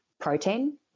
protein